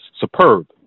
superb